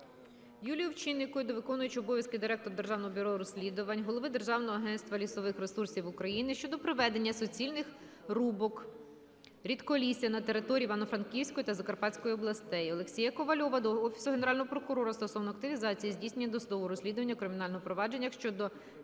Юлії Овчинникової до виконувача обов'язків Директора Державного бюро розслідувань, Голови Державного агентства лісових ресурсів України щодо проведення суцільних рубок рідколісся на території Івано-Франківської та Закарпатської областей. Олексія Ковальова до Офісу Генерального прокурора стосовно активізації здійснення досудового розслідування у кримінальних провадженнях щодо